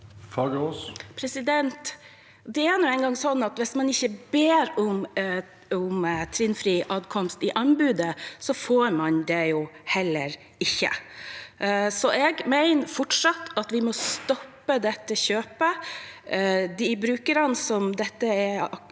Fagerås (SV) Det er nå engang slik at hvis man ikke ber om trinnfri adkomst i anbudet, får man det heller ikke. Så jeg mener fortsatt at vi må stoppe dette kjøpet. De brukerne som dette er en